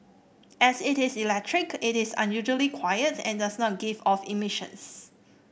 as it is electric it is unusually quiet and does not give off emissions